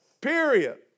Period